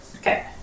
Okay